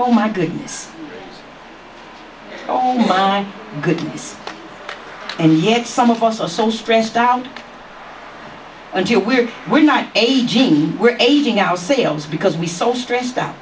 oh my goodness oh my goodness and yet some of us are so stressed out until we're we're not aging we're aging our sales because we so stressed out